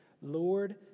Lord